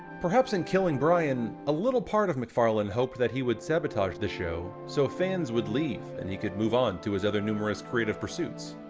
perhaps in killing brian, a little part of macfarlane hoped that he would sabotage the show, so fans would leave, and he could move on to his other numerous creative pursuits.